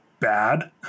Bad